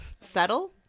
subtle